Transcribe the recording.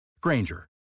Granger